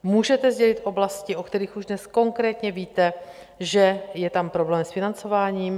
Můžete sdělit oblasti, o kterých už dnes konkrétně víte, že je tam problém s financováním?